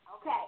Okay